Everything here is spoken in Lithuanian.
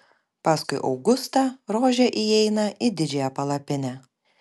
paskui augustą rožė įeina į didžiąją palapinę